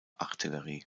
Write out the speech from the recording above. artillerie